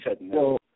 no